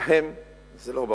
להם זה לא ברור.